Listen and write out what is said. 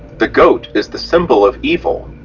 the goat is the symbol of evil,